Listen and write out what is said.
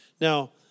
Now